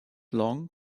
long